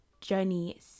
journey